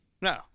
No